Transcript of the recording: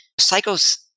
psychos